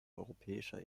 europäischer